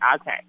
okay